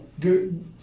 good